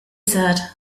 said